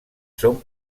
són